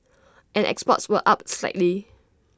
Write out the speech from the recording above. and exports were up slightly